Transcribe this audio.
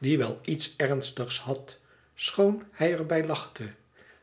die wel iets ernstigs had schoon hij er bij lachte